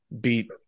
beat